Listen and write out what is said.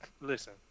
Listen